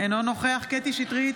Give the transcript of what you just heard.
אינו נוכח קטי קטרין שטרית,